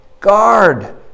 Guard